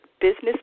business